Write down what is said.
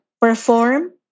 perform